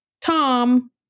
Tom